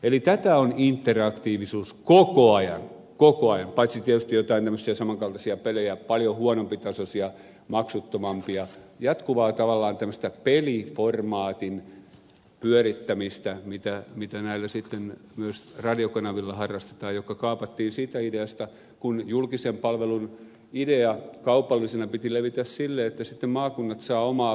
eli tätä on interaktiivisuus koko ajan koko ajan paitsi tietysti jotain tämmöisiä saman kaltaisia pelejä paljon huonompitasoisia maksuttomampia jatkuvaa tavallaan tämmöistä peliformaatin pyörittämistä mitä näillä sitten myös radiokanavilla harrastetaan jotka kaapattiin siitä ideasta kun julkisen palvelun idea kaupallisena piti levitä silleen että sitten maakunnat saavat omaa palvelua